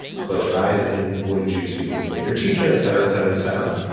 close your eyes and would you speak this way your teacher et cetera et cetera et cetera.